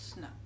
No